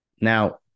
Now